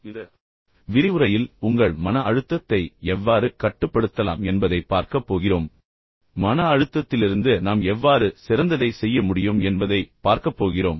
இப்போது இந்த விரிவுரையில் குறிப்பாக உங்கள் மன அழுத்தத்தை எவ்வாறு கட்டுப்படுத்தலாம் என்பதைப் பார்க்கப் போகிறோம் பின்னர் மன அழுத்தத்திலிருந்து நாம் எவ்வாறு சிறந்ததைச் செய்ய முடியும் என்பதை பார்க்கப்போகிறோம்